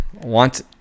want